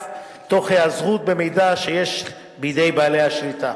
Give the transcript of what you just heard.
תוך היעזרות במידע שיש בידי בעלי השליטה.